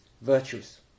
virtues